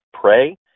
pray